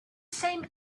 same